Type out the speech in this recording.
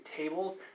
tables